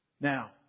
Now